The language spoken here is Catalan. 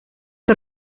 que